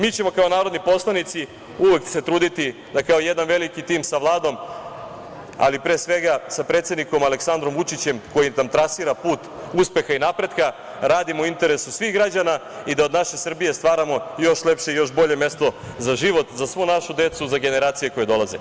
Mi ćemo kao narodni poslanici uvek se truditi da kao jedan veliki tim sa Vladom, ali pre svega sa predsednikom Aleksandrom Vučićem, koji tr….put uspeha i napretka radimo u interesu svih građana i da od naše Srbije stvaramo još lepše i još bolje mesto za život za svu našu decu, za generacije koje dolaze.